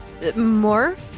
Morph